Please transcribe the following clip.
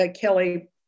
Kelly